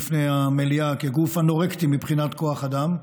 בפני המליאה כגוף אנורקטי מבחינת כוח אדם.